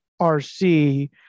RC